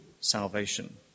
salvation